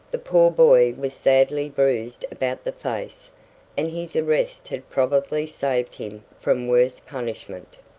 the poor boy was sadly bruised about the face and his arrest had probably saved him from worse punishment.